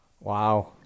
Wow